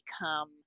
become